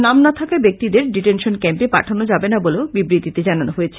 নাম না থাকা ব্যক্তিদের ডিটেনশন ক্যাম্পে পাঠানো যাবেনা বলে ও বিবৃতিতে জানানো হয়েছে